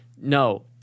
No